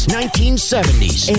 1970s